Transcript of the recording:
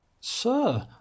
Sir